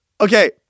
okay